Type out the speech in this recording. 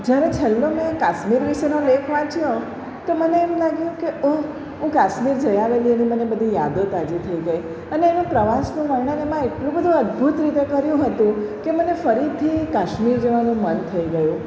જ્યારે છેલ્લો મેં કાશ્મીર વિશેનો લેખ વાંચ્યો હતો મને એમ લાગ્યું કે ઓહ હું કાશ્મીર જઈ આવેલી એની મને બધી યાદો તાજી થઈ ગઈ અને એને પ્રવાસનું વર્ણન એમાં એટલું બધું અદ્ભૂત રીતે કર્યું હતું કે મને ફરીથી કાશ્મીર જવાનું મન થઈ ગયું